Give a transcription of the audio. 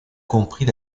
compris